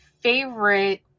favorite